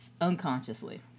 unconsciously